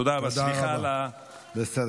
תודה, וסליחה על האיחור.